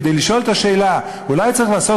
כדי לשאול את השאלה: אולי צריך לעשות